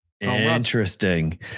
Interesting